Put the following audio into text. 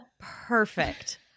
perfect